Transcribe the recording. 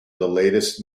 latest